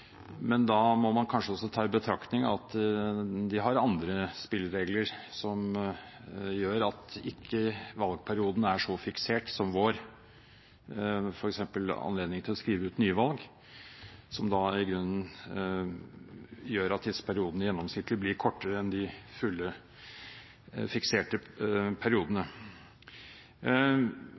men da må man kanskje også ta i betraktning at de har andre spilleregler, som gjør at valgperioden ikke er så fiksert som vår, f.eks. anledning til å skrive ut nyvalg, som i grunnen gjør at disse periodene gjennomsnittlig blir kortere enn de fulle, fikserte periodene.